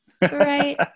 right